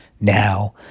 now